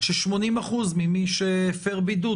ש-80% ממי שהפר בידוד,